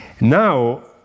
Now